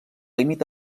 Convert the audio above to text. límit